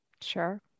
Sure